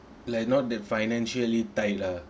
like not that financially tied lah